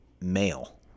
male